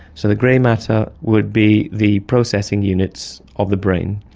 so the grey matter would be the processing units of the brain,